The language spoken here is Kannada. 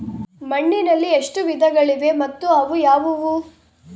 ಮಣ್ಣಿನಲ್ಲಿ ಎಷ್ಟು ವಿಧಗಳಿವೆ ಮತ್ತು ಅವು ಯಾವುವು?